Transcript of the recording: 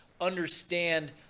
Understand